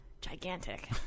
gigantic